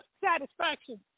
satisfaction